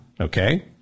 Okay